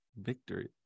victory